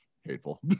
hateful